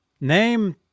name